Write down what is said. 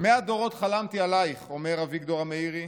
"מאה דורות חלמתי עלייך", אומר אביגדור המאירי,